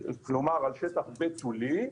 כלומר על שטח בתולי,